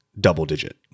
double-digit